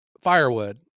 firewood